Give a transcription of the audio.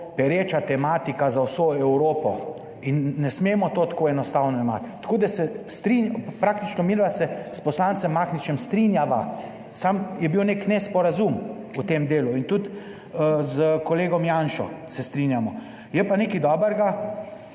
pereča tematika za vso Evropo in ne smemo to tako enostavno jemati. Tako da se strinjam, praktično midva se s poslancem Mahničem strinjava, samo je bil nek nesporazum v tem delu. In tudi s kolegom Janšo se strinjamo. Je pa nekaj dobrega